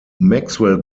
maxwell